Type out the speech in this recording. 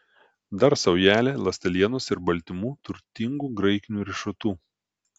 dar saujelę ląstelienos ir baltymų turtingų graikinių riešutų